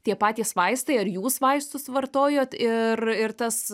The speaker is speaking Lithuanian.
tie patys vaistai ar jūs vaistus vartojot ir ir tas